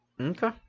Okay